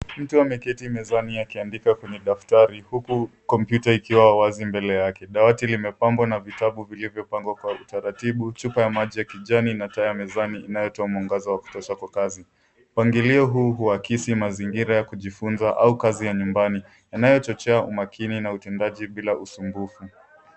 Mtu ameketi mezani akiandika kwenye daftari huku kompyuta ikiwa wazi mbele yake. Dawati limepambwa kwa vitabu vilivyo pangwa kwa utaratibu. Chupa ya maji ya kijani na taa inayotoa mwangaza wa kutosha kwa kazi. Mpangilio huu huakisi mazingira ya kujifunza au kazi ya nyumbani yanayo chochea umakini na utendaji bila usumbufu.